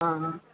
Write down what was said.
ஆ ஆ